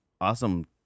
awesome